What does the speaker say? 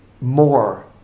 more